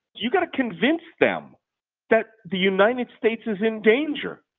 you've got to convince them that the united states is in danger.